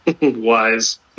Wise